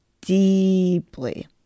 deeply